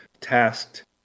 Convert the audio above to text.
tasked